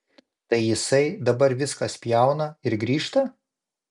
tai jisai dabar viską spjauna ir grįžta